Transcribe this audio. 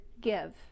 give